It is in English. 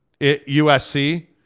USC